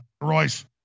Royce